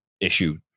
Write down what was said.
issue